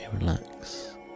relax